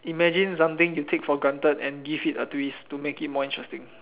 imagine something you take for granted and give it a twist to make it more interesting